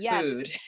food